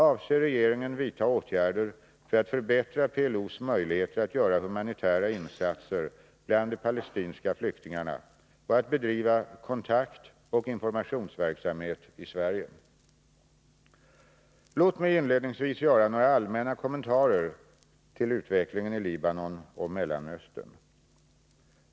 Avser regeringen att vidta åtgärder för att förbättra PLO:s möjligheter att göra humanitära insatser bland de palestinska flyktningarna och att bedriva kontaktoch informationsverksamhet i Sverige? Låt mig inledningsvis göra några allmänna kommentarer till utvecklingen i Libanon och Mellanöstern.